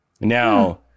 Now